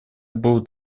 был